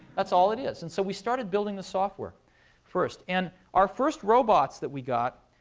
that's all it is. and so we started building the software first. and our first robots that we got,